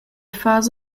fas